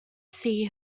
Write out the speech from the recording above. see